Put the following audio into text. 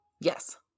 Yes